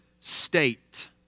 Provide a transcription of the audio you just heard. state